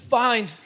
fine